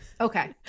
okay